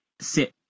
sit